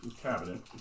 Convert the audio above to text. cabinet